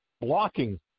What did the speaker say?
blocking